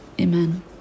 amen